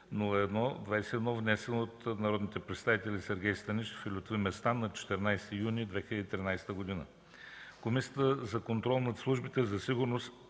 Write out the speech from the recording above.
внесен от народните представители Сергей Станишев и Лютви Местан на 14 юни 2013 г. Комисията за контрол над службите за сигурност,